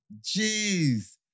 jeez